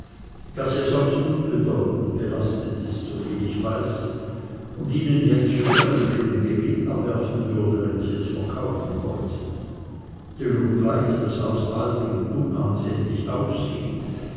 das ja sonst unbedeutend belastet ist soviel ich weiß und ihnen jetzt schon einen schönen gewinn abwerfen würde wenn sie es verkaufen wollten denn obgleich das haus alt und unansehnlich aussieht